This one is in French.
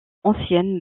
ancienne